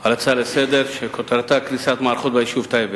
על ההצעה לסדר-היום שכותרתה: קריסת מערכות בטייבה.